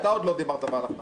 אתה עוד לא דיברת והלכת כן,